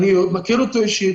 אני מכיר אותו אישית,